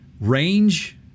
Range